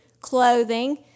clothing